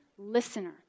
listener